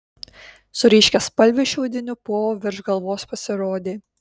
su ryškiaspalviu šiaudiniu povu virš galvos pasirodė